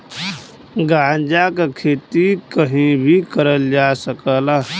गांजा क खेती कहीं भी करल जा सकला